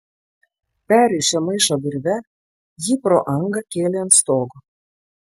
perrišę maišą virve jį pro angą kėlė ant stogo